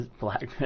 Black